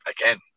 again